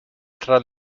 tra